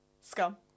Scum